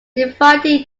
divided